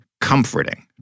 comforting